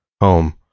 home